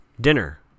dinner